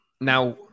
now